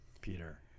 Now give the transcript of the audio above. Peter